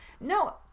No